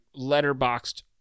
letterboxed